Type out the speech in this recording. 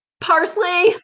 parsley